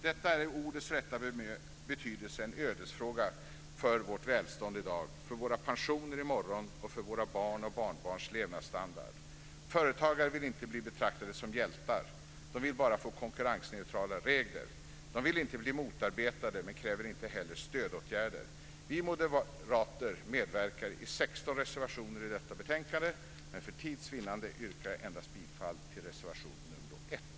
Detta är i ordets rätta betydelse en ödesfråga när det gäller vårt välstånd i dag, våra pensioner i morgon och våra barn och barnbarns levnadsstandard. Företagare vill inte bli betraktade som hjältar. De vill bara få konkurrensneutrala regler. De vill inte bli motarbetade, men kräver inte heller stödåtgärder. Vi moderater medverkar i 16 reservationer i detta betänkande, men för tids vinnande yrkar jag bifall endast till reservation 1.